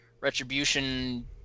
retribution